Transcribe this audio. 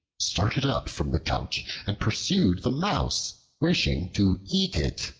started up from the couch and pursued the mouse, wishing to eat it.